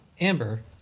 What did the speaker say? amber